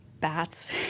bats